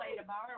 tomorrow